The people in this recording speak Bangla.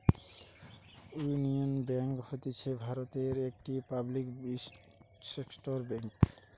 ইউনিয়ন বেঙ্ক হতিছে ভারতের একটি পাবলিক সেক্টর বেঙ্ক